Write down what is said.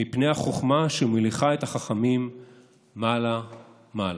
מפני החוכמה שמוליכה את החכמים מעלה מעלה.